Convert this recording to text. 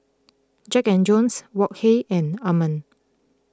Jack and Jones Wok Hey and Anmum